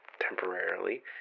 temporarily